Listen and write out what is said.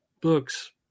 books